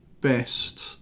best